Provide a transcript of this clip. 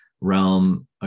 realm